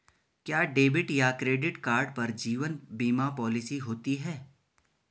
क्या डेबिट या credit card पर जीवन बीमा पॉलिसी होती है?